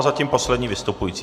Zatím jste poslední vystupující.